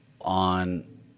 on